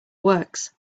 works